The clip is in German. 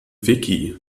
wiki